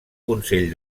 consell